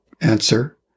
Answer